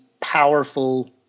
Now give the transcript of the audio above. powerful